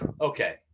Okay